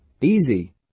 Easy